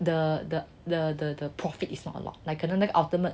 the the the the the profit is not a lot like 可能那个 ultimate